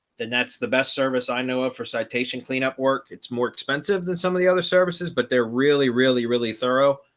then that's the best service. i know for citation cleanup work. it's more expensive than some of the other services but they're really really, really thorough,